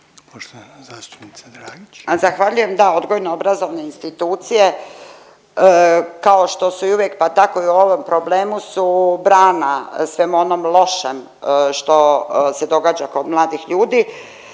Irena (SDP)** A zahvaljujem, da odgojno obrazovne institucije kao što su uvijek, pa tako i u ovom problemu su brana svemu onom lošem što se događa kod mladih ljudi.